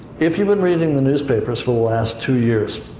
if you've been reading the newspapers for the last two years.